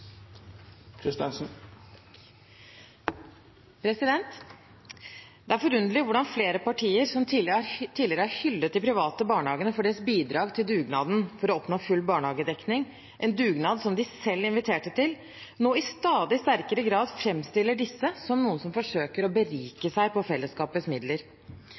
innsats. Det er forunderlig hvordan flere partier som tidligere har hyllet de private barnehagene for deres bidrag til dugnaden for å oppnå full barnehagedekning, en dugnad som de selv inviterte til, nå i stadig sterkere grad framstiller disse som noen som forsøker å berike seg på fellesskapets midler.